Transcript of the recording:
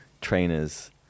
trainers